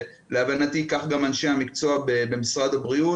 ולהבנתי כך גם אנשי המקצוע במשרד הבריאות.